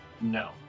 no